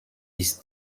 bis